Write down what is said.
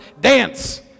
dance